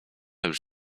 już